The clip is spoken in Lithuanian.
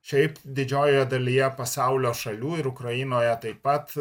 šiaip didžiojoje dalyje pasaulio šalių ir ukrainoje taip pat